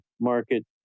market